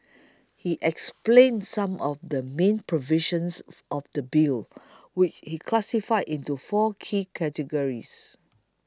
he explained some of the main provisions of the Bill which he classified into four key categories